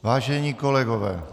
Vážení kolegové!